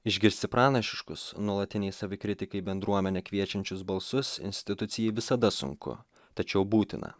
išgirsti pranašiškus nuolatinei savikritikai bendruomenę kviečiančius balsus institucijai visada sunku tačiau būtina